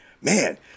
man